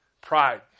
Pride